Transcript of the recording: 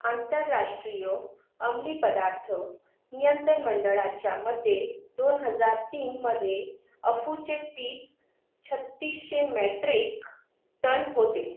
आंतरराष्ट्रीय अंमली पदार्थ नियंत्रण मंडळाच्या मते दोन हजार तीनमध्ये अफूचे पीक छत्तीसशे मेट्रिक टन होते